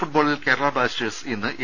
ഫുട്ബോളിൽ കേരള ബ്ലാസ്റ്റേഴ്സ് ഇന്ന് എ